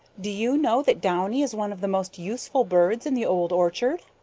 do you know that downy is one of the most useful birds in the old orchard?